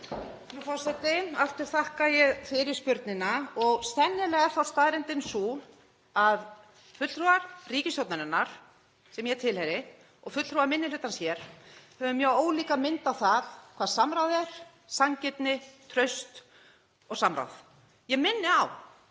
Herra forseti. Aftur þakka ég fyrirspurnina. Sennilega er þá staðreyndin sú að við fulltrúar ríkisstjórnarinnar, sem ég tilheyri, og fulltrúar minni hlutans hér höfum mjög ólíka mynd af því hvað samráð er, sanngirni, traust og samráð. Ég minni á